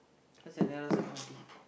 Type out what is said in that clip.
that's the nearest M_R_T